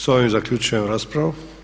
S ovime zaključujem raspravu.